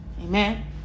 Amen